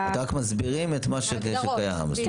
אתם מסבירים את מה שקיים.